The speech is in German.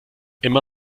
immer